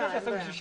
הפנייה.